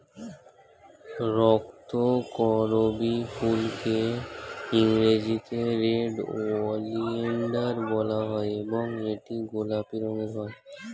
রক্তকরবী ফুলকে ইংরেজিতে red oleander বলা হয় এবং এটি গোলাপি রঙের হয়